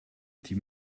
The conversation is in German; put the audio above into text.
die